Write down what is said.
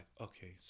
okay